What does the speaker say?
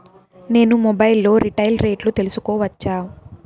నేను మొబైల్ లో రీటైల్ రేట్లు తెలుసుకోవచ్చా?